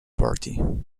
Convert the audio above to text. party